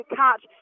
catch